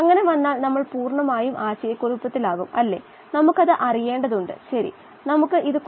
സന്തുലിതാവസ്ഥ എന്ന ആശയം നിങ്ങളെ പരിചയപ്പെടുത്താം വായുവുമായി സമ്പർക്കത്തിൽ വരുന്ന ജലം നമ്മൾ പരിഗണിക്കുന്നുണ്ടെന്ന് നമുക്ക് പറയാം